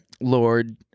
Lord